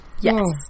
Yes